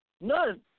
None